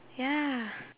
ya